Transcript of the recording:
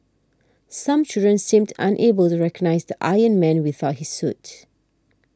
some children seemed unable to recognise the Iron Man without his suit